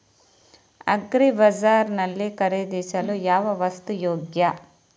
Agri Bazaar ನಲ್ಲಿ ಖರೀದಿಸಲು ಯಾವ ವಸ್ತು ಯೋಗ್ಯ?